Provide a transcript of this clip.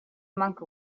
monk